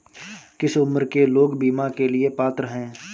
किस उम्र के लोग बीमा के लिए पात्र हैं?